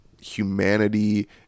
humanity